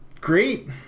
great